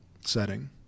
setting